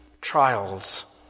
trials